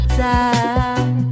time